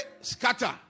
scatter